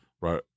Right